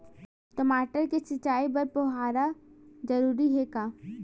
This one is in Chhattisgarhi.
टमाटर के सिंचाई बर फव्वारा जरूरी हे का?